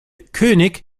könig